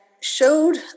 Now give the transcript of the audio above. showed